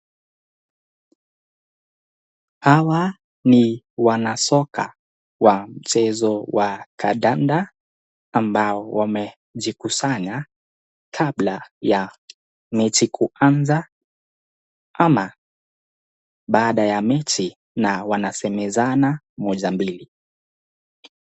Hawa ni wanasoka wa mchezo wa kandanda ambao wamejikusanya kabla ya mechi kuanzia ama baada ya mechi kuisha na wanasemezana moja, mbili.